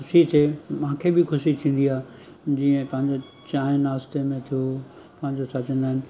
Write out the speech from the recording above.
ख़ुशी थिए मांखे बि ख़ुशी थींदी आहे जीअं पंहिंजो चांहि नास्ते में थियो पंहिंजो छा चवंदा आहिनि